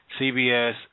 CBS